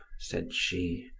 said she.